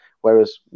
Whereas